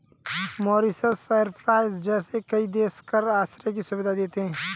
Mauritius, Cyprus जैसे कई देश कर आश्रय की सुविधा देते हैं